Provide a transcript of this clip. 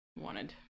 wanted